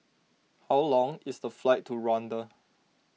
how long is the flight to Rwanda